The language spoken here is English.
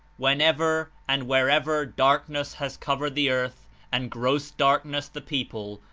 whenever and wherever darkness has covered the earth and gross darkness the people,